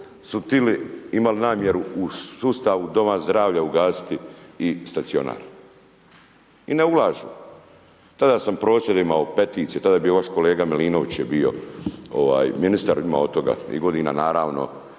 su htjeli, imali namjeru u sustavu doma zdravlja ugasiti i stacionar. I ne ulažu. Tada sam prosvjede imao, peticije, tada je bio još kolega Milinović je bio ministar, ima od toga i godina naravno